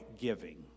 giving